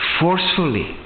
forcefully